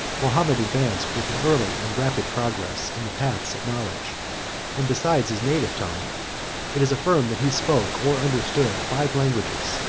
mahomet advanced with an early and rapid progress in the paths of knowledge and besides his native tongue it is affirmed that he spoke or understood five languages,